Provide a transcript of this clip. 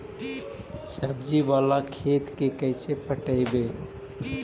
सब्जी बाला खेत के कैसे पटइबै?